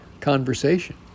Conversation